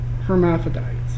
hermaphrodites